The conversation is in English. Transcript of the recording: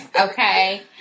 okay